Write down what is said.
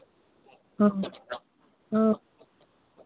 हाँ हाँ